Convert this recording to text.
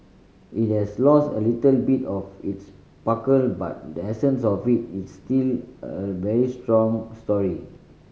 it has lost a little bit of its sparkle but the essence of it is still a very strong story